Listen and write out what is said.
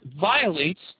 violates